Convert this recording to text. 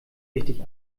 wichtig